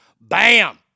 Bam